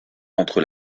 entre